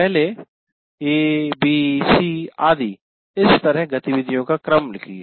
पहले a b c आदि इस तरह गतिविधियों का क्रम लिखिए